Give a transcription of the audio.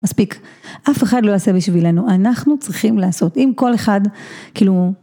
מספיק, אף אחד לא יעשה בשבילנו, אנחנו צריכים לעשות, אם כל אחד כאילו...